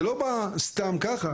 זה לא בא סתם ככה.